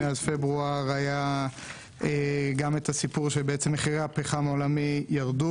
היה את הסיפור שמחירי הפחם העולמי ירדו